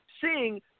seeing